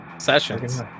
sessions